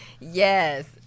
Yes